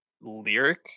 lyric